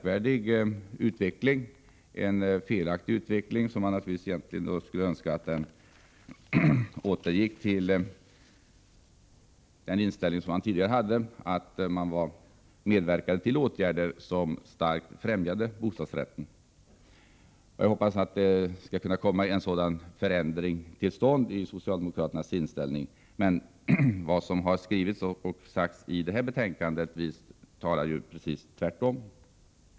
Vi önskar att socialdemokraterna återgår till den inställning man tidigare hade, nämligen att medverka till åtgärder som starkt främjade bostadsrätten. Jag hoppas att en sådan förändring skall kunna komma till stånd när det gäller socialdemokraternas inställning. Men enligt det betänkande som vi nu behandlar är det tvärtom.